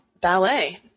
ballet